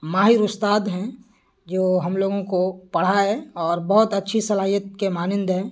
ماہر استاد ہیں جو ہم لوگوں کو پڑھائے اور بہت اچھی صلاحیت کے مانند ہیں